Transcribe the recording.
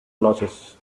losses